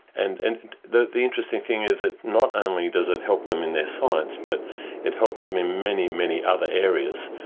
and and the the interesting thing is that not only does it help them in their science but it helps them in many, many other areas,